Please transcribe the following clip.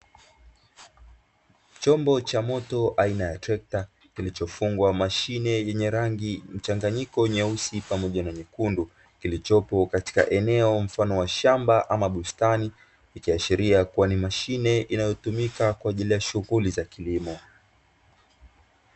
Chombo cha moto aina ya trekta, kilichofungwa mashine yenye rangi mchanganyiko nyeusi pamoja na nyekundu kilichopo katika eneo mfano wa shamba ama bustani, ikiashiria kuwa ni mashine inayotumika kwa ajili ya shughuli za kilimo.